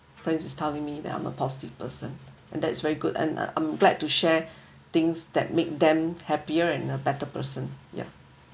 friend is telling me that I'm a positive person and that's very good and I I'm glad to share things that make them happier and better person ya